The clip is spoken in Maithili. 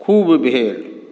खूब भेल